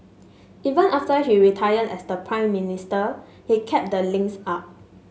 even after he retired as Prime Minister he kept the links up